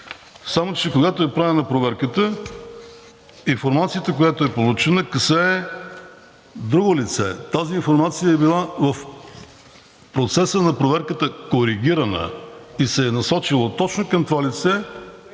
Само че когато е правена проверката, информацията, която е получена, касае друго лице. Тази информация е била в процеса на проверката коригирана и се е насочила точно към това лице,